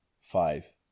Five